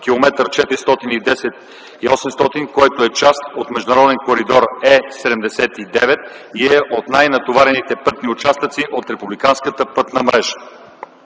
км. 410.800, който е част от международен коридор Е-79 и е от най-натоварените пътни участъци от републиканската пътна мрежа.